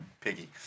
Piggy